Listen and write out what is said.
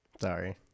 Sorry